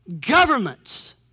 governments